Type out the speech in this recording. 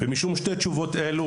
ומשום שתי תשובות אלו,